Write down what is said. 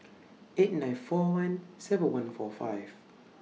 eight nine four one seven one four five